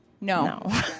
No